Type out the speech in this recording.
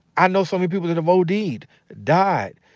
i know so many people that have oded. died.